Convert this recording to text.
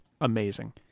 Amazing